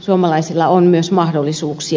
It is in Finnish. suomalaisilla on myös mahdollisuuksia